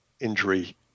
injury